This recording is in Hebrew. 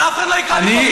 אבל אף אחד לא יקרא לי גזען.